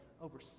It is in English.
over